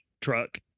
truck